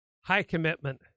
high-commitment